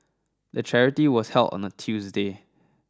the charity was held on a Tuesday